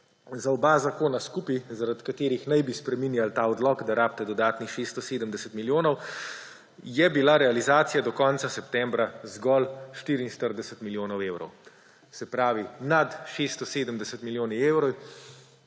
Za oba zakona skupaj, zaradi katerih naj bi spreminjali ta odlok, da rabite dodatnih 670 milijonov, je bila realizacija do konca septembra zgolj 44 milijonov evrov. Se pravi, nad 670 milijoni evrov